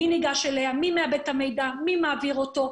מי ניגש אליה, מי מעבד את המידע, מי מעביר אותו.